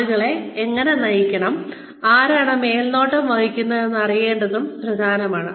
ആളുകളെ എങ്ങനെ നയിക്കണം ആരാണ് മേൽനോട്ടം വഹിക്കുന്നതെന്ന് അറിയേണ്ടതും പ്രധാനമാണ്